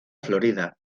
florida